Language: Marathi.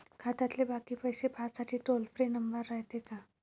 खात्यातले बाकी पैसे पाहासाठी टोल फ्री नंबर रायते का?